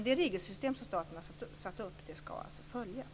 Det regelsystem som staten har satt upp skall alltså följas.